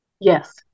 Yes